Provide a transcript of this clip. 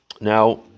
now